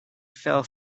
fell